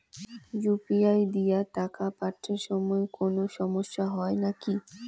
UPI দিয়া টাকা পাঠের সময় কোনো সমস্যা হয় নাকি?